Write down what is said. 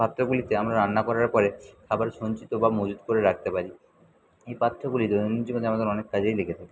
পাত্রগুলিতে আমরা রান্না করার পরে খাবার সঞ্চিত বা মজুত করে রাখতে পারি এ পাত্রগুলি দৈনন্দিন জীবনে আমাদের অনেক কাজেই লেগে থাকে